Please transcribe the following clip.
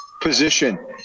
position